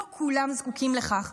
לא כולם זקוקים לכך,